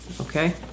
okay